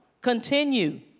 Continue